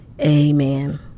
Amen